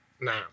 now